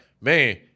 Man